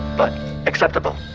but acceptable.